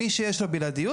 מי שיש לו בלעדיות,